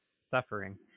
suffering